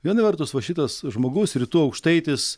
viena vertus va šitas žmogaus rytų aukštaitis